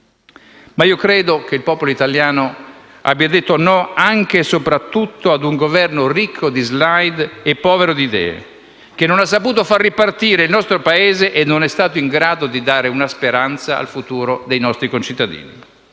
Ma io credo che il popolo italiano abbia detto «no» anche e soprattutto ad un Governo ricco di *slide* e povero di idee, che non ha saputo far ripartire il nostro Paese e non è stato in grado di dare speranza per il futuro dei nostri concittadini.